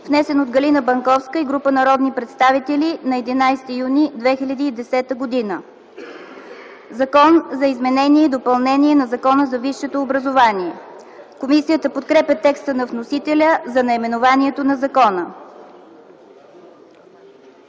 внесен от Галина Банковска и група народни представители на 11 юни 2010г.” „Закон за изменение и допълнение на Закона за висшето образование”. Комисията подкрепя текста на вносителя за наименованието на закона.